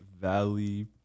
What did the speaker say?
Valley